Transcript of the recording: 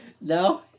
No